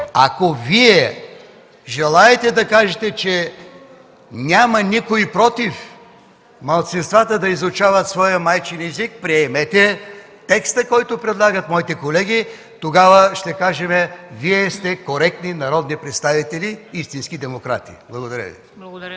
Ако Вие желаете да кажете, че никой няма против малцинствата да изучават своя майчин език, приемете текста, който предлагат моите колеги! Тогава ще кажем: „Вие сте коректни народни представители – истински демократи”. Благодаря Ви.